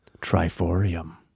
triforium